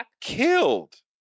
killed